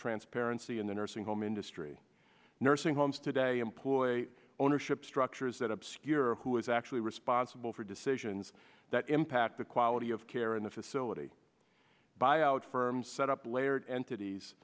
transparency in the nursing home industry nursing homes today employee ownership structures that obscure who is actually responsible for decisions that impact the quality of care in the facility buyout firms set up